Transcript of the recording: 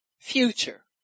future